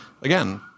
again